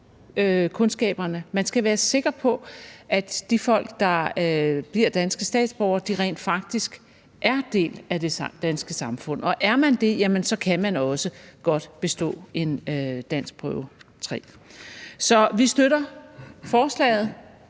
Man skal være sikker på, at de folk, der bliver danske statsborgere, rent faktisk er en del af det danske samfund. Og er man det, kan man også godt bestå en danskprøve 3. Så vi støtter forslaget.